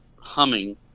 humming